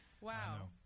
Wow